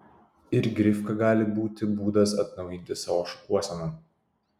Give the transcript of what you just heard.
ir grifka gali būti būdas atnaujinti savo šukuoseną